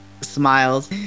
smiles